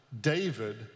David